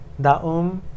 Daum